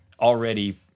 already